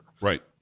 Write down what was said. Right